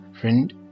Friend